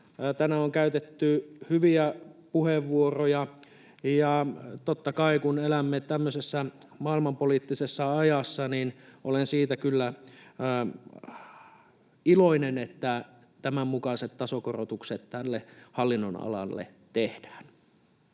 Tänään on käytetty hyviä puheenvuoroja, ja totta kai kun elämme tämmöisessä maailmanpoliittisessa ajassa, olen siitä kyllä iloinen, että tämän mukaiset tasokorotukset tälle hallinnonalalle tehdään.